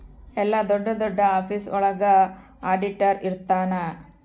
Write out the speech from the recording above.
ಎಲ್ಲ ದೊಡ್ಡ ದೊಡ್ಡ ಆಫೀಸ್ ಒಳಗ ಆಡಿಟರ್ ಇರ್ತನ